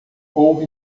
houve